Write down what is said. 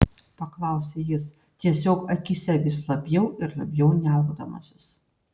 paklausė jis tiesiog akyse vis labiau ir labiau niaukdamasis